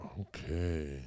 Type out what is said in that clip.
okay